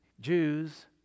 Jews